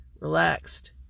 relaxed